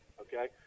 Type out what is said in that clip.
Okay